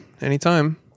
Anytime